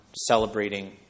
celebrating